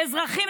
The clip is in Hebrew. שאזרחים,